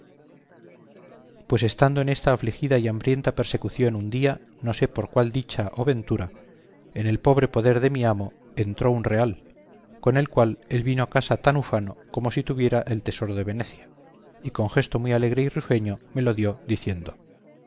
pues estando en esta afligida y hambrienta persecución un día no sé por cual dicha o ventura en el pobre poder de mi amo entró un real con el cual él vino a casa tan ufano como si tuviera el tesoro de venecia y con gesto muy alegre y risueño me lo dio diciendo